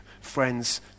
Friends